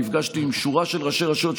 ונפגשתי עם שורה של ראשי רשויות,